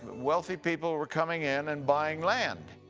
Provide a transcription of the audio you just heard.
wealthy people were coming in and buying land.